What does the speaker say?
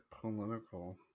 political